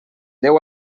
déu